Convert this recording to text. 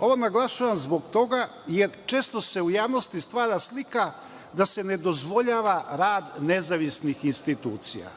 Ovo naglašavam zbog toga jer često se u javnosti stvara slika da se ne dozvoljava rad nezavisnih institucija.